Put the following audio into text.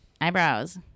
eyebrows